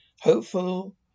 Hopeful